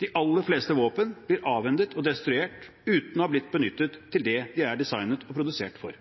De aller fleste våpen blir avhendet og destruert uten å ha blitt benyttet til det de er designet og produsert for.